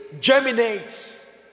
Germinates